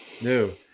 no